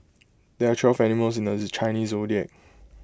there are twelve animals in the Chinese Zodiac